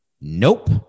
Nope